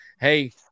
hey